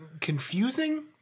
confusing